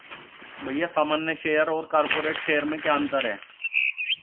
भैया सामान्य शेयर और कॉरपोरेट्स शेयर में क्या अंतर है?